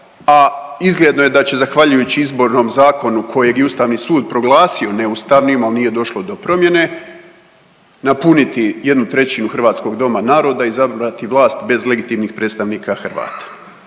a izgledno je da će zahvaljujući izbornom zakonu kojeg je i Ustavni sud proglasio neustavnim, ali došlo do promjene napuniti 1/3 doma hrvatskog doma naroda, izabrati vlast bez legitimnih predstavnika Hrvata.